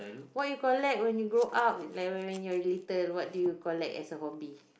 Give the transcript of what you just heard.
what you collect when you grow up it like when you are little what do you collect as a hobby